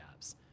apps